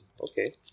Okay